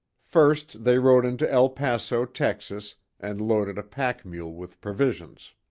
first they rode into el paso, texas, and loaded a pack mule with provisions.